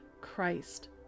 Christ